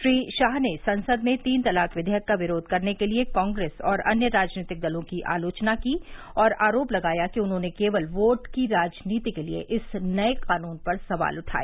श्री शाह ने संसद में तीन तलाक विधेयक का विरोध करने के लिए कांग्रेस और अन्य राजनीतिक दलों की आलोचना की और आरोप लगाया कि उन्होंने केवल वोट की राजनीति के लिए इस नए कानून पर सवाल उठाए